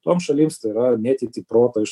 toms šalims tai yra mėtyti proto iš